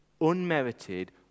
unmerited